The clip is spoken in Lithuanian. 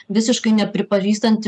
visiškai nepripažįstanti